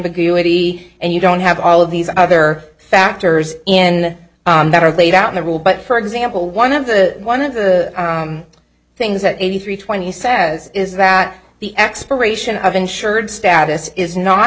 ambiguity and you don't have all of these other factors in that are laid out there will but for example one of the one of the things that eighty three twenty says is that the expiration of insured status is not